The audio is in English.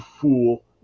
fool